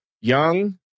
young